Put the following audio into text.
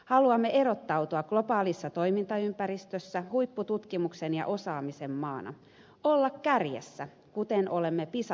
haluamme erottautua globaalissa toimintaympäristössä huippututkimuksen ja osaamisen maana olla kärjessä kuten olemme pisa tutkimuksissakin